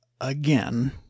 again